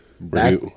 Back